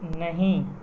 نہیں